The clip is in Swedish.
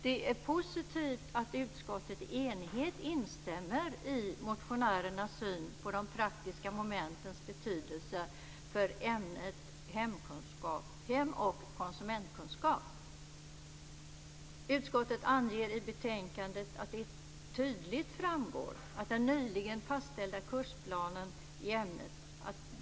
Det är positivt att utskottet i enighet instämmer i motionärernas syn på de praktiska momentens betydelse för ämnet hem och konsumentkunskap. Utskottet anger i betänkandet att de praktiska momentens betydelse tydligt framgår i den nyligen fastställda kursplanen i ämnet.